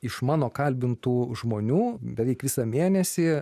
iš mano kalbintų žmonių beveik visą mėnesį